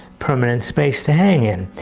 permanent space to hang in.